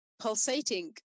pulsating